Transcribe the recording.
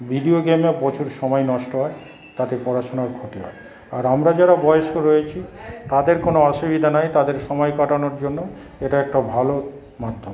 video গেমে প্রচুর সময় নষ্ট হয় তাতে পড়াশুনোর ক্ষতি হয় আর আমরা যারা বয়স্ক রয়েছি তাদের কোন অসুবিধা নেই তাদের সময় কাটানোর জন্য এটা একটা ভালো মাধ্যম